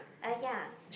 uh ya